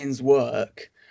work